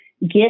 get